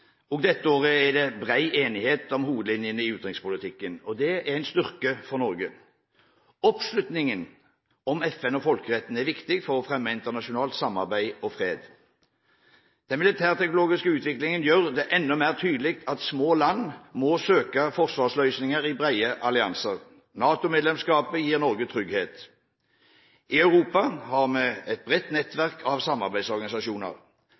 det bred enighet om hovedlinjene i utenrikspolitikken. Det er en styrke for Norge. Oppslutningen om FN og folkeretten er viktig for å fremme internasjonalt samarbeid og fred. Den militærteknologiske utviklingen gjør det enda mer tydelig at små land må søke forsvarsløsninger i bredere allianser. NATO-medlemskapet gir Norge trygghet. I Europa har vi et bredt nettverk av samarbeidsorganisasjoner.